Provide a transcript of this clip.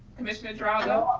commissioner geraldo?